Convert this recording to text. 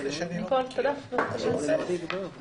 אני מזדהה עם בעלי האולמות ועם הזוגות הצעירים.